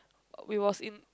we was in